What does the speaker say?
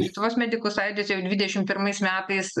lietuvos medikų sąjūdis jau dvidešim pirmais metais